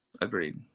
Agreed